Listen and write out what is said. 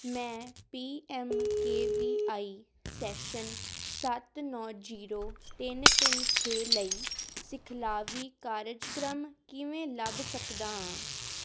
ਮੈਂ P M K V I session ਸੱਤ ਨੌ ਜੀਰੋ ਤਿੰਨ ਤਿੰਨ ਛੇ ਲਈ ਸਿਖਲਾਈ ਕਾਰਜਕ੍ਰਮ ਕਿਵੇਂ ਲੱਭ ਸਕਦਾ ਹਾਂ